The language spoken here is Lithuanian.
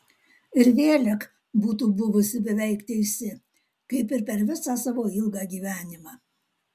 ir vėlek būtų buvusi beveik teisi kaip ir per visą savo ilgą gyvenimą